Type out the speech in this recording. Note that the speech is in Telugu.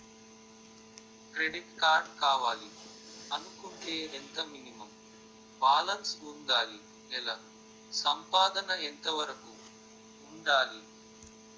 క్రెడిట్ కార్డ్ కావాలి అనుకుంటే ఎంత మినిమం బాలన్స్ వుందాలి? నెల సంపాదన ఎంతవరకు వుండాలి?